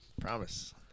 Promise